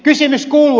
kysymys kuuluu